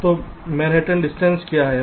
तो मैनहट्टन दूरी क्या है